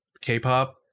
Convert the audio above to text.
K-pop